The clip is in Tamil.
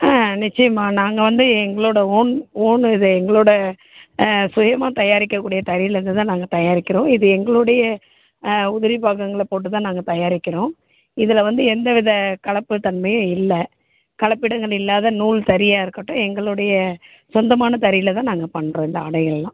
ஆ நிச்சயமாக நாங்கள் வந்து எங்களோடய ஓன் ஓன் இது எங்களோடய சுயமாக தயாரிக்க கூடிய தறியிலேருந்து தான் நாங்கள் தயாரிக்கிறோம் இது எங்களுடைய உதிரிபாகங்களை போட்டு தான் நாங்கள் தயாரிக்கிறோம் இதில் வந்து எந்த வித கலப்புத்தன்மையும் இல்லை கலப்பிடங்கள் இல்லாத நூல்தறியாக இருக்கட்டும் எங்களுடைய சொந்தமான தறியில் தான் நாங்கள் பண்ணுறோம் இந்த ஆடைகளெல்லாம்